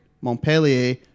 Montpellier